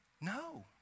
No